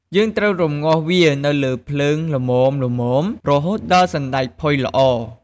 យើងត្រូវរំងាស់វានៅលើភ្លើងល្មមៗ រហូតដល់សណ្ដែកផុយល្អ។